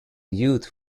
youth